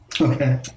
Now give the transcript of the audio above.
Okay